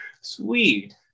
Sweet